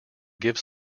gives